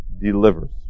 delivers